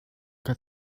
kan